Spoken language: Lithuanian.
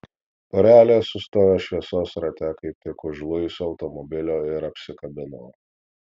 porelė sustojo šviesos rate kaip tik už luiso automobilio ir apsikabino